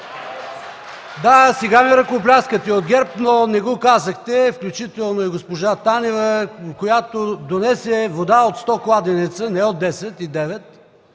Да, сега ми ръкопляскате от ГЕРБ, но не го казахте, включително и госпожа Танева, която донесе вода от сто кладенеца – не от десет